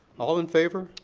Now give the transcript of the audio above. all in favor?